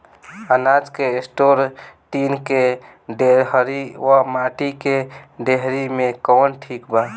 अनाज के store tin के डेहरी व माटी के डेहरी मे कवन ठीक बा?